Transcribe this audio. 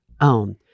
own